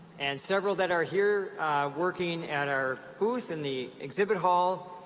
and several that are here working at our booth in the exhibit hall,